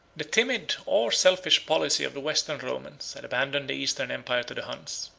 the timid or selfish policy of the western romans had abandoned the eastern empire to the huns.